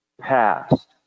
past